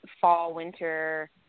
fall-winter